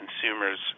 consumer's